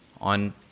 on—